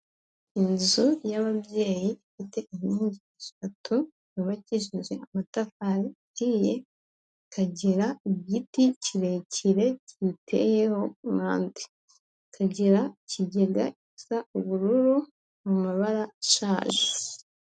Inzu y'ababyeyi ifite inkingi eshatu yubakije amatafari ahiye, ikagira igiti kirekire kiyiteyeho impande. Ikagira ikigega gisa ubururu mu mabara ashaje.